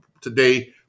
today